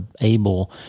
able